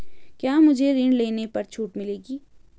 क्या मुझे ऋण लेने पर छूट मिलेगी?